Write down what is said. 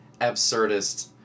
absurdist